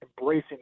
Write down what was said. embracing